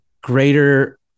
greater